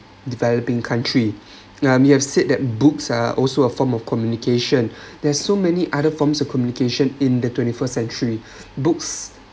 developing country um you have said that books ah also a form of communication there's so many other forms of communication in the twenty first century books